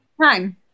time